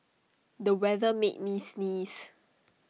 the weather made me sneeze